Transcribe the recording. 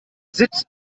sitt